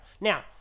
Now